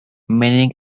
mining